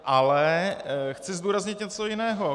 Ale chci zdůraznit něco jiného.